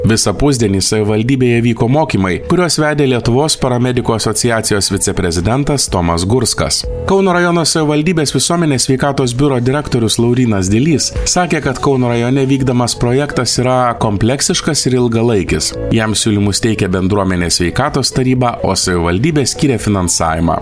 visą pusdienį savivaldybėje vyko mokymai kuriuos vedė lietuvos paramedikų asociacijos viceprezidentas tomas gurskas kauno rajono savivaldybės visuomenės sveikatos biuro direktorius laurynas dilys sakė kad kauno rajone vykdamas projektas yra kompleksiškas ir ilgalaikis jam siūlymus teikė bendruomenės sveikatos taryba o savivaldybė skyrė finansavimą